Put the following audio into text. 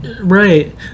Right